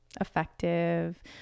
effective